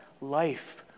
life